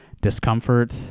discomfort